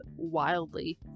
wildly